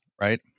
Right